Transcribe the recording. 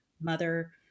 mother